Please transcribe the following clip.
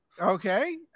Okay